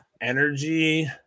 energy